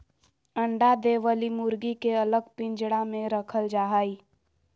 अंडा दे वली मुर्गी के अलग पिंजरा में रखल जा हई